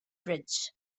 bridge